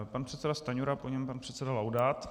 Pan předseda Stanjura, po něm pan předseda Laudát.